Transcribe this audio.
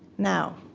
now,